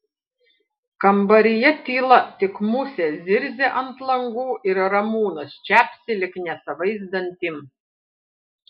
kambaryje tyla tik musės zirzia ant langų ir ramūnas čepsi lyg nesavais dantim